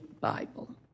Bible